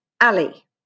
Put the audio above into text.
Ali